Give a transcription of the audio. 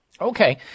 Okay